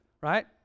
right